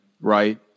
right